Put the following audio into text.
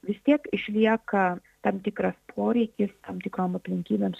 vis tiek išlieka tam tikras poreikis tam tikrom aplinkybėms